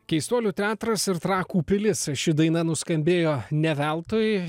keistuolių teatras ir trakų pilis ši daina nuskambėjo ne veltui